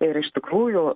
ir iš tikrųjų